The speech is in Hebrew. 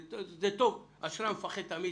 זה טוב, אשרי המפחד תמיד.